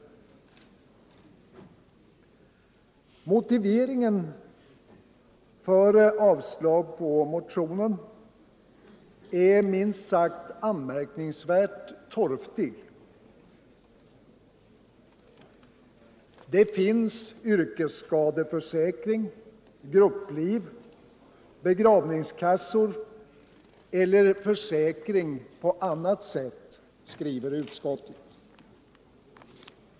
Motiveringen för utskottets avstyrkande av motionen är minst sagt anmärkningsvärt torftig. Det finns yrkesskadeförsäkring, grupplivförsäkring, begravningskassor och försäkring på annat sätt, skriver utskottet.